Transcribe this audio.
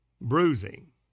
bruising